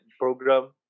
program